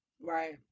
Right